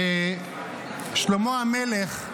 ששלמה המלך,